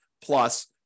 plus